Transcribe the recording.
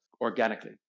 organically